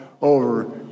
over